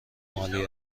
عالی